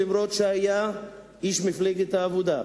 אף-על-פי שהיה איש מפלגת העבודה.